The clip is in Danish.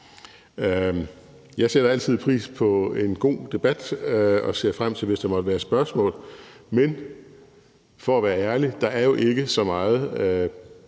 Jeg sætter altid pris på en god debat og ser frem til det, hvis der måtte være spørgsmål, men for at være ærlig er der jo ikke så meget,